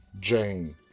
Jane